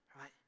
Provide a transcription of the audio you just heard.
right